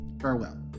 Farewell